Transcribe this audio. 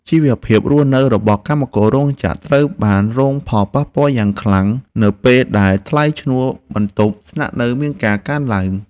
ជីវភាពរស់នៅរបស់កម្មកររោងចក្រត្រូវបានរងផលប៉ះពាល់យ៉ាងខ្លាំងនៅពេលដែលថ្លៃឈ្នួលបន្ទប់ស្នាក់នៅមានការកើនឡើង។